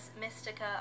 Mystica